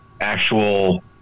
actual